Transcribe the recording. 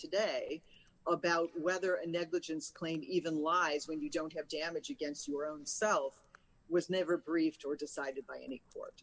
today about whether a negligence claim even lies when you don't have to average against your own self was never briefed or decided by any court